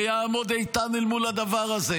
שיעמוד איתן אל מול הדבר הזה.